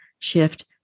Shift